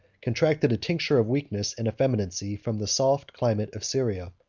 contracted a tincture of weakness and effeminacy from the soft climate of syria,